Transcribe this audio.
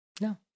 No